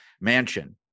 mansion